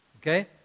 Okay